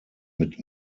mit